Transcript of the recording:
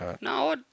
No